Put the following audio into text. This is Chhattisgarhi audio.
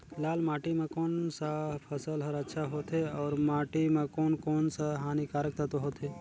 लाल माटी मां कोन सा फसल ह अच्छा होथे अउर माटी म कोन कोन स हानिकारक तत्व होथे?